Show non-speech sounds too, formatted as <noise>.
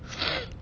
<noise>